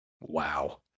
Wow